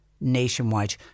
nationwide